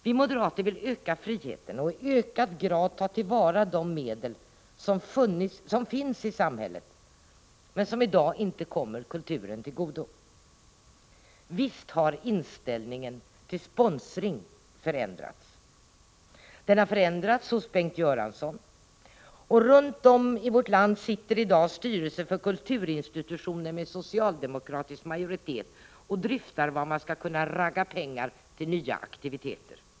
Vi moderater vill öka friheten och i ökad grad ta till vara de medel som finns i samhället men som i dag inte kommer kulturen till godo. Visst har inställningen till sponsring förändrats. Den har förändrats hos Bengt Göransson, och runt om i vårt land sitter i dag styrelser för kulturinstitutioner med socialdemokratisk majoritet och dryftar var man skall kunna ragga pengar till nya aktiviteter.